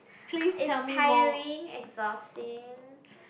it's tiring exhausting